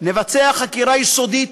ונבצע חקירה יסודית,